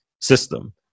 system